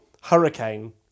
Hurricane